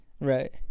right